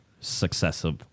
successive